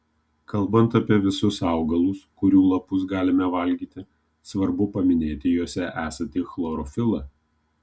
kalbant apie visus augalus kurių lapus galime valgyti svarbu paminėti juose esantį chlorofilą